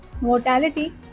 mortality